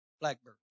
Blackbird